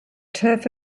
turf